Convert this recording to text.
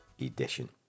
edition